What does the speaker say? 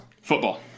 Football